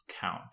count